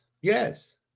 yes